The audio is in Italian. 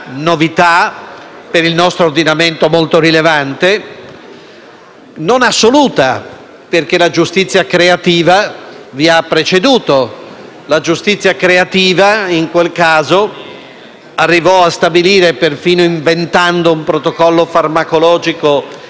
non assoluta, perché la giustizia creativa vi ha preceduti: la giustizia creativa, in quel caso, arrivò ad inventare perfino un protocollo farmacologico di accompagnamento alla sottrazione di cibo e acqua,